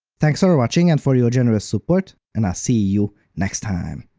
thanks for watching and for your generous support, and i'll see you next time!